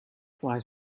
fly